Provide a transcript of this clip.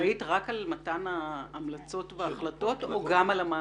הוועדה אחראית רק על מתן ההמלצות וההחלטות או גם על המעקב?